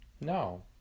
No